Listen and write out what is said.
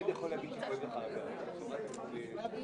משרד הבריאות שהפיץ מידע על קונים למיניהם,